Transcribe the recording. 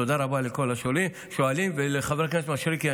תודה רבה לכל השואלים ולחבר הכנסת מישרקי.